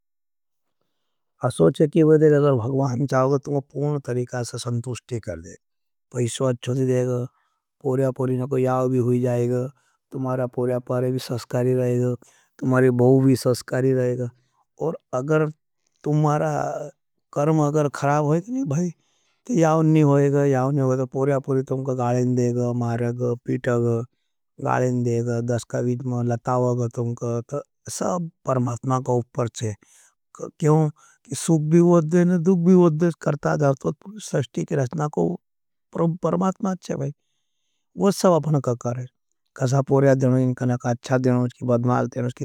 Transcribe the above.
असोचे कि वो भगवान चाहोगा, तुम्हों पुन तरीका सा संतुष्टे कर दे, भईश्वाध चोड़ी देगा। पोर्या पोरी न को याव भी होई जाएगा, तुम्हारा पोर्या पारे भी सस्कारी रहेगा, तुम्हारे बहुवी सस्कारी रहेगा। और अगर तुम्हारा कर्म अगर खाराब है तो याव नहीं होई जाएगा, तो पोर्या पोरी तुम्हारा का गालें देगा। अमारेगा पीटगा, गालें देगा, दस कवीट मां, लतावगा तुम्हारा। सब परमात्मा का उपर चे, क्यों कि सूक भी थो, दुग भी थो, करता जा।